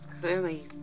clearly